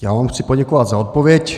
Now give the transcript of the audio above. Já vám chci poděkovat za odpověď.